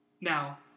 Now